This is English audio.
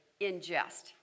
ingest